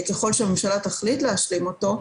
ככל שהממשלה תחליט להשלים אותו,